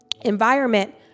environment